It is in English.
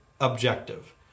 objective